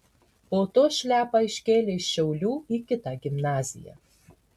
po to šliapą iškėlė iš šiaulių į kitą gimnaziją